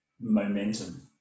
momentum